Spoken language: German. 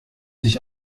sich